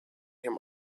him